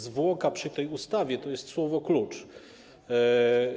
Zwłoka przy tej ustawie to jest słowo klucz.